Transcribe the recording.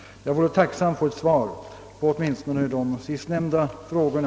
Jag vore tacksam för ett svar på åtminstone de sistnämnda frågorna.